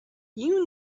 you